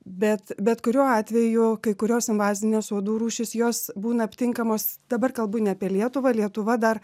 bet bet kuriuo atveju kai kurios invazinės uodų rūšys jos būna aptinkamos dabar kalbu ne apie lietuvą lietuva dar